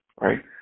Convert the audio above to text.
right